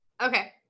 Okay